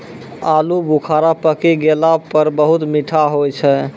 आलू बुखारा पकी गेला पर बहुत मीठा होय छै